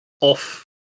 off